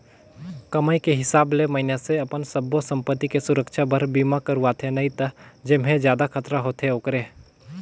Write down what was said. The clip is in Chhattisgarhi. कमाई के हिसाब ले मइनसे अपन सब्बो संपति के सुरक्छा बर बीमा करवाथें नई त जेम्हे जादा खतरा होथे ओखरे